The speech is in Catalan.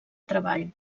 treball